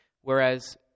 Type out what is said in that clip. Whereas